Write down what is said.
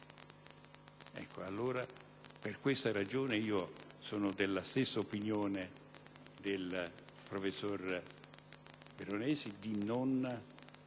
Per questa ragione, io sono della stessa opinione del professor Veronesi, ossia